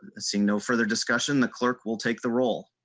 seeing no further discussion the clerk will take the role.